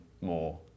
more